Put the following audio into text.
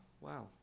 Wow